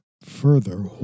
further